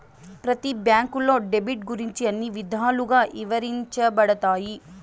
ప్రతి బ్యాంకులో డెబిట్ గురించి అన్ని విధాలుగా ఇవరించబడతాయి